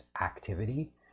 activity